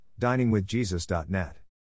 diningwithjesus.net